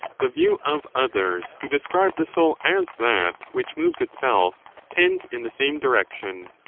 the view of others who describe the soul as that which moves itself tends in the same direction.